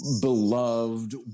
beloved